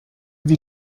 wie